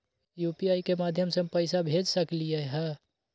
UPI के माध्यम से हम पैसा भेज सकलियै ह?